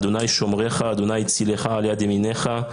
ה' שומרך ה' צלך על-יד ימינך.